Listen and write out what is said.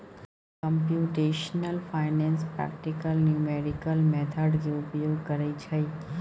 computational finance practical numerical method के उपयोग करइ छइ